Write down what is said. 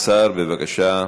מה עם, אדוני השר, בבקשה.